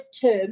term